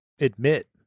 admit